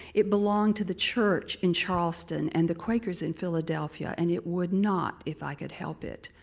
it belonged to the church in charleston and the quakers in philadelphia and it would not, if i could help it,